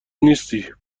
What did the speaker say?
نیستی